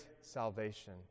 salvation